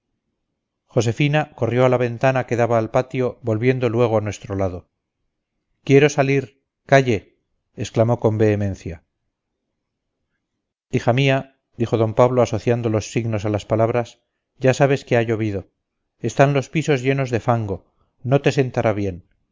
josefina corrió a la ventana que daba al patio volviendo luego a nuestro lado quiero salir calle exclamó con vehemencia hija mía dijo d pablo asociando los signos a las palabras ya sabes que ha llovido están los pisos llenos de fango no te sentará bien